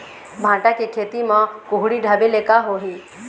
भांटा के खेती म कुहड़ी ढाबे ले का होही?